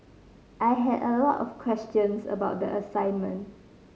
I had a lot of questions about the assignment